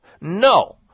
No